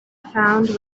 found